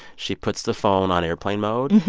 she puts the phone on airplane mode.